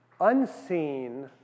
unseen